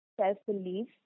self-belief